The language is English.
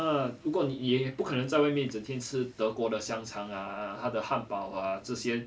那如果你也不可能在外面整天吃德国的香肠啊他的汉堡啊这些